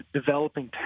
developing